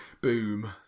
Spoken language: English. Boom